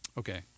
Okay